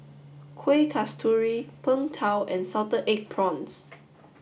Kueh Kasturi Png Tao and salted egg prawns